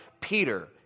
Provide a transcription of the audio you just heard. Peter